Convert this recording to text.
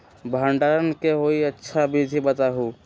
भंडारण के कोई अच्छा विधि बताउ?